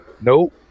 Nope